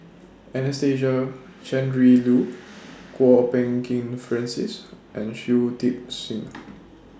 Anastasia Tjendri Liew Kwok Peng Kin Francis and Shui Tit Sing